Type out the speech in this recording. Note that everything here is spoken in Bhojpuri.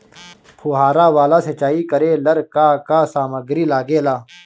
फ़ुहारा वाला सिचाई करे लर का का समाग्री लागे ला?